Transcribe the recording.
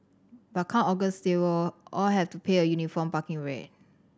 but come August they will all have to pay a uniform parking rate